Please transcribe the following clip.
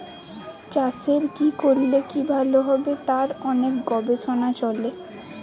চাষের কি করলে কি ভালো হবে তার অনেক গবেষণা চলে